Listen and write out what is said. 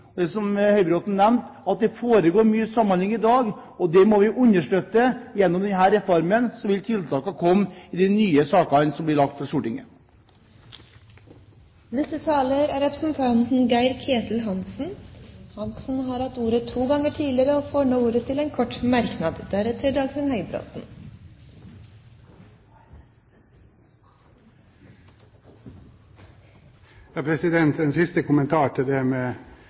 Det foregår, som Høybråten nevnte, mye samhandling i dag, og det må vi understøtte gjennom denne reformen. Så vil tiltakene komme i de nye sakene som blir lagt fram for Stortinget. Representanten Geir-Ketil Hansen har hatt ordet to ganger tidligere og får ordet til en kort merknad. En siste kommentar til det med